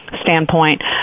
standpoint